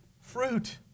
fruit